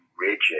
rigid